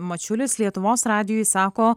mačiulis lietuvos radijui sako